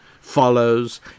follows